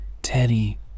Teddy